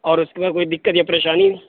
اور اس کوئی دقت یا پریشانی